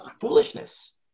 Foolishness